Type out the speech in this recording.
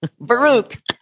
Baruch